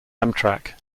amtrak